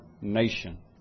nation